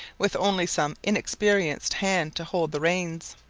with only some inexperienced hand to hold the reins.